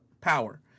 power